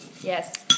Yes